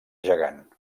gegant